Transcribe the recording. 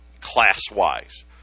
class-wise